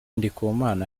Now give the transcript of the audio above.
ndikumana